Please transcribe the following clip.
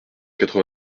quatre